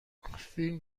فیلم